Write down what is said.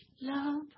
Love